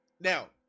Now